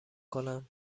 کنم